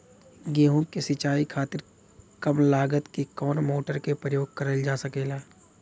गेहूँ के सिचाई खातीर कम लागत मे कवन मोटर के प्रयोग करल जा सकेला?